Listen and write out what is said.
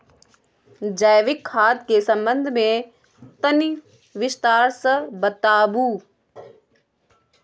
जैविक खाद के संबंध मे तनि विस्तार स बताबू?